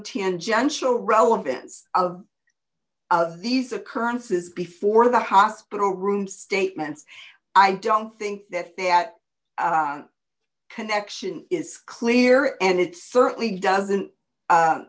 tangential relevance of these occurrences before the hospital room statements i don't think that that connection is clear and it certainly doesn't